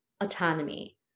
autonomy